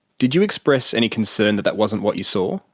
did you express any concern that that wasn't what you saw?